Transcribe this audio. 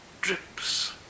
drips